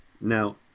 Now